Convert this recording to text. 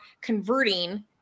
converting